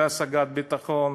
להשגת ביטחון.